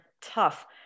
tough